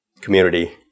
community